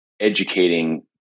educating